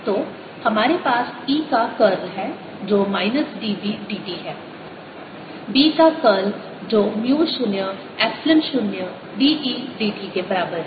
तो हमारे पास E का कर्ल है जो minus d B d t है B का कर्ल जो mu 0 epsilon 0 d E d t के बराबर है